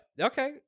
Okay